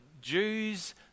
Jews